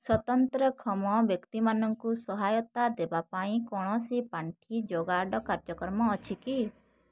ସ୍ଵତନ୍ତ୍ରକ୍ଷମ ବ୍ୟକ୍ତିମାନଙ୍କୁ ସହାୟତା ଦେବା ପାଇଁ କୌଣସି ପାଣ୍ଠି ଯୋଗାଡ଼ କାର୍ଯ୍ୟକ୍ରମ ଅଛି କି